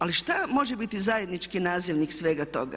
Ali šta može biti zajednički nazivnik svega toga?